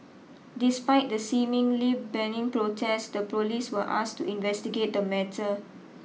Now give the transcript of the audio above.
despite the seemingly benign protest the police were asked to investigate the matter